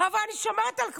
אבל אני שומרת על כבודם.